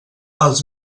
els